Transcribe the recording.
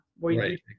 Right